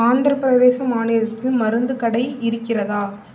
ஆந்திரப் பிரதேசம் மாநிலத்தில் மருந்துக் கடை இருக்கிறதா